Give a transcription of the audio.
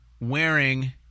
wearing